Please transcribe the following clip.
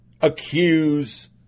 Accuse